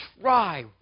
try